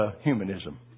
humanism